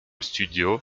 studio